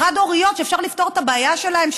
לחד-הוריות שאפשר לפתור את הבעיה שלהן,